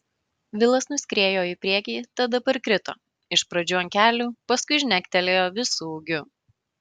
vilas nuskriejo į priekį tada parkrito iš pradžių ant kelių paskui žnektelėjo visu ūgiu